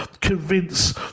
convince